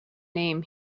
name